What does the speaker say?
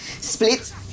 split